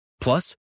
plus